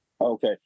Okay